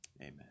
Amen